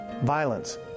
Violence